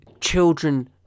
children